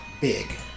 big